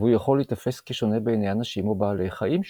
והוא יכול להתפס כשונה בעיני אנשים או בעלי חיים שונים.